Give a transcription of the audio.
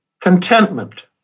contentment